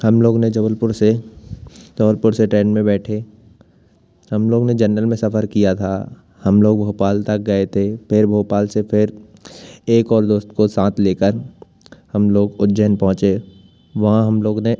हम लोग ने जबलपुर से जबलपुर से ट्रेन में बैठे हम लोग ने जनरल में सफ़र किया था हम लोग भोपाल तक गए थे फिर भोपाल से फिर एक और दोस्त को साथ लेकर हम लोग उज्जैन पहुंचे वहाँ हम लोगों ने